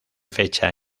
fecha